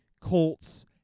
Colts